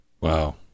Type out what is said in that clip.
Wow